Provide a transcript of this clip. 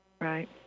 Right